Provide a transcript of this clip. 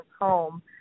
home